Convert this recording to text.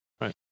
Right